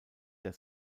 der